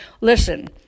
listen